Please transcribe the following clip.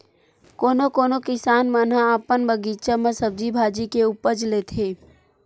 कोनो कोनो किसान मन ह अपन बगीचा म सब्जी भाजी के उपज लेथे